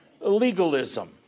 legalism